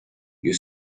you